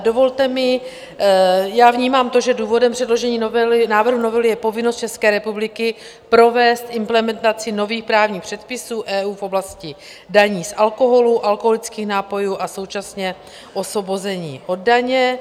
Dovolte mi, já vnímám to, že důvodem předložení návrhu novely je povinnost České republiky provést implementaci nových právních předpisů EU v oblasti daní z alkoholu, alkoholických nápojů a současně osvobození od daně.